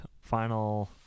final